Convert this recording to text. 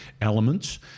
elements